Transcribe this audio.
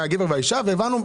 להיפך,